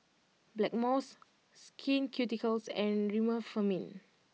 Blackmores Skin Ceuticals and Remifemin